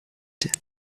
that